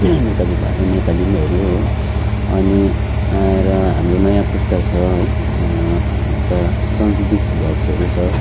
नेपाली भा नेपाली नैहरू हो अनि आएर हाम्रो नयाँ पुस्ता छ है यता छ